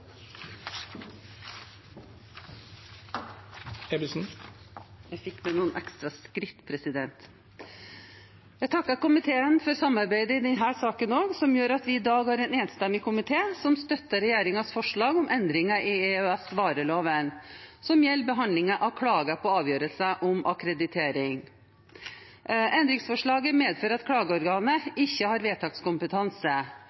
8. Jeg vil takke komiteen for samarbeidet også i denne saken, som gjør at det i dag er en enstemmig komité som støtter regjeringens forslag til endringer i EØS-vareloven, som gjelder behandling av klager på avgjørelser om akkreditering. Endringsforslaget medfører at klageorganet